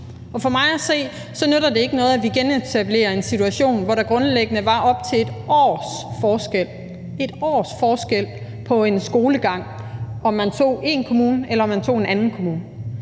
For mig at se nytter det ikke noget, at vi genetablerer en situation, hvor der grundlæggende var op til 1 års forskel – 1 års forskel – på en skolegang, om man tog én kommune, eller om man tog en anden kommune.